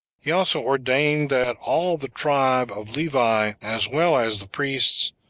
he also ordained that all the tribe of levi, as well as the priests,